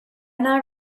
not